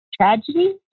tragedy